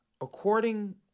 According